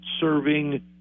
serving